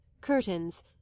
curtains